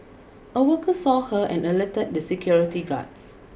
a worker saw her and alerted the security guards